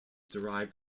derived